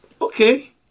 Okay